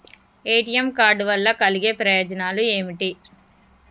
ATM card వల్ల కలిగే ప్రయోజనాలు ఏమిటి?